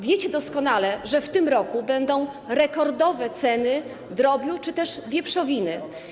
Wiecie doskonale, że w tym roku będą rekordowe ceny drobiu czy też wieprzowiny.